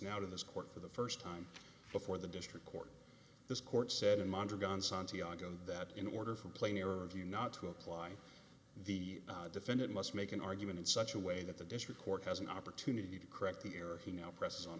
now out of this court for the first time before the district court this court said in montreux gone santiago that in order for player of you not to apply the defendant must make an argument in such a way that the district court has an opportunity to correct the error he now presses on